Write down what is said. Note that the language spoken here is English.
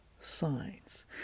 signs